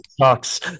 sucks